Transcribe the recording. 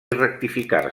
rectificar